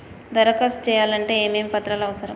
దరఖాస్తు చేయాలంటే ఏమేమి పత్రాలు అవసరం?